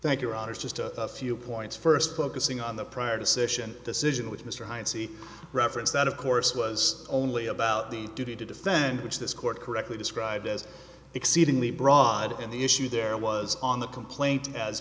thank you roger just a few points first focusing on the prior decision decision which mr reference that of course was only about the duty to defend which this court correctly described as exceedingly broad and the issue there was on the complaint as